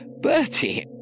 Bertie